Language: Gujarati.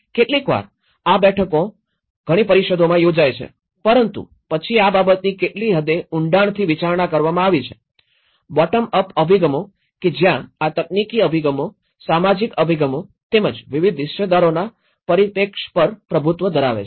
કેટલીકવાર આ બેઠકો ઘણી પરિષદોમાં યોજાય છે પરંતુ પછી આ બાબતની કેટલી હદે ઊંડાણથી વિચારણા કરવામાં આવી છે બોટમ અપ અભિગમો અને કે જ્યાં આ તકનીકી અભિગમો સામાજિક અભિગમો તેમજ વિવિધ હિસ્સેદારોના પરિપ્રેક્ષ્ય પર પ્રભુત્વ ધરાવે છે